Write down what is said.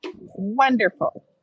Wonderful